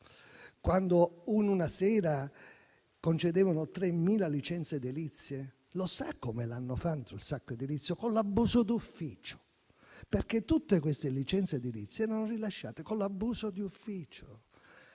Quando in una sera concedevano 3.000 licenze edilizie? Lo sa come è stato fatto il sacco edilizio? Con l'abuso d'ufficio. Tutte queste licenze edilizie erano rilasciate infatti con l'abuso di ufficio.